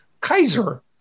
Kaiser